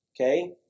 Okay